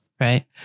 right